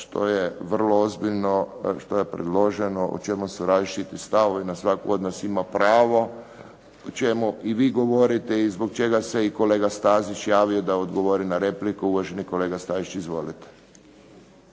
što je vrlo ozbiljno, što je predloženo, o čemu su različiti stavovi na svatko od nas ima pravo, o čemu i vi govorite i zbog čega se i kolega Stazić javio da odgovori na repliku. Uvaženi kolega Stazić. Izvolite.